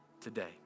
today